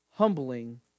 Humbling